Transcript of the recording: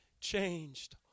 changed